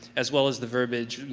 as well as the verbiage, yeah